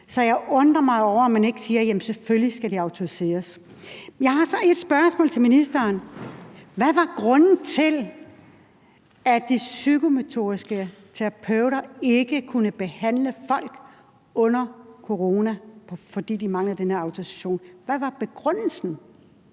Så jeg undrer mig over, at man ikke siger, at selvfølgelig skal de autoriseres. Men jeg har så et spørgsmål til ministeren: Hvad var grunden til, at de psykomotoriske terapeuter ikke kunne behandle folk under corona, fordi de manglede den her autorisation? Hvad var begrundelsen?